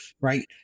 Right